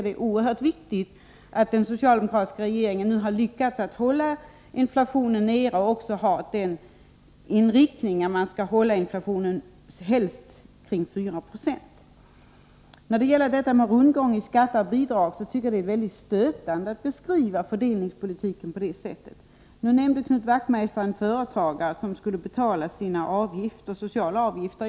Det är oerhört viktigt att den socialdemokratiska regeringen nu har lyckats hålla inflationen tillbaka och att politiken har den inriktningen att man skall hålla inflationen kring 4 96. När det talas om rundgång i fråga om skatter och bidrag tycker jag att det är stötande att beskriva fördelningspolitiken på det sättet. Knut Wachtmeister nämnde en företagare som skulle betala sina sociala avgifter.